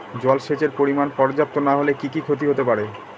জলসেচের পরিমাণ পর্যাপ্ত না হলে কি কি ক্ষতি হতে পারে?